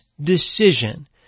decision